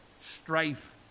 strife